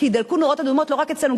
כי יידלקו נורות אדומות לא רק אצלנו,